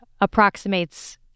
approximates